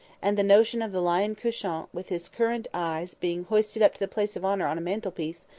and the notion of the lion couchant, with his currant eyes, being hoisted up to the place of honour on a mantelpiece,